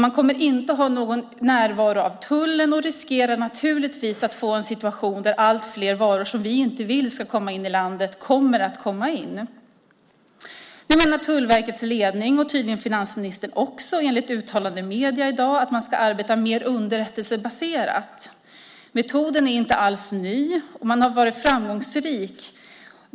Man kommer inte att ha någon närvaro av tullen och riskerar naturligtvis att få en situation där allt fler varor som vi inte vill ska komma in i landet ändå kommer in. Nu menar Tullverkets ledning, och tydligen också finansministern enligt uttalanden i medierna i dag, att man ska arbeta mer underrättelsebaserat. Metoden är inte alls ny.